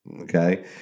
okay